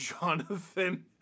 Jonathan